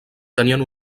tenien